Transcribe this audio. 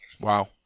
Wow